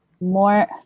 More